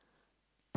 like